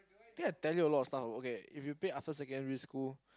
I think I tell you a lot of stuff okay if we play after secondary school